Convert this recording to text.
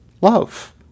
love